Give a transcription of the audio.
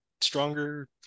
stronger